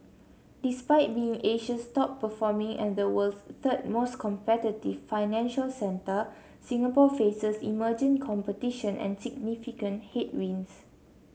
despite being Asia's top performing and the world's third most competitive financial centre Singapore faces emerging competition and significant headwinds